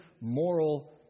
moral